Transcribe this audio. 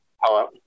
Hello